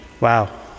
wow